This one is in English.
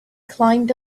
climbed